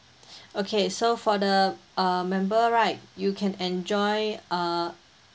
okay so for the uh member right you can enjoy uh